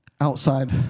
outside